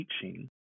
teaching